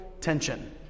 tension